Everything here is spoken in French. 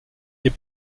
est